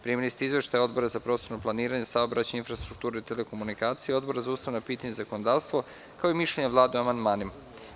Primili ste izveštaje Odbora za prostorno planiranje, saobraćaj, infrastrukturu i telekomunikacije i Odbora za ustavna pitanja i zakonodavstvo, kao i mišljenje Vlade o amandmanima.